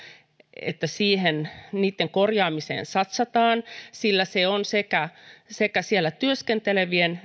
että niitten korjaamiseen satsataan sillä sekä sekä siellä työskentelevien